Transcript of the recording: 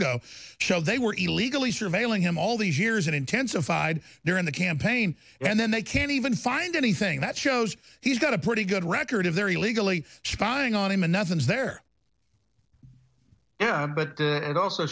lago show they were illegally surveilling him all these years and intensified during the campaign and then they can't even find anything that shows he's got a pretty good record of their illegally spying on him and nothing's there but it also